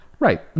Right